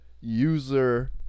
User